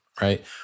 right